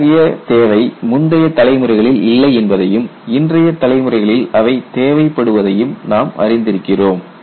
அத்தகைய தேவை முந்தைய தலைமுறைகளில் இல்லை என்பதையும் இன்றைய தலைமுறைகளில் அவை தேவைப்படுவதையும் நாம் அறிந்திருக்கிறோம்